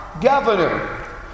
governor